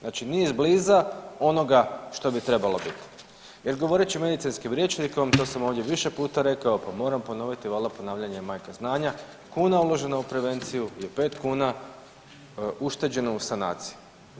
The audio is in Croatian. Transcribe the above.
Znači ni iz bliza onoga što bi trebalo biti jer govorit ću medicinskim rječnikom, to sam ovdje više puta rekao, pa moram ponoviti, valda ponavljanje je majka znanja, kuna uložena u prevenciju je 5 kuna ušteđeno u sanaciji.